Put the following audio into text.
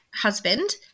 husband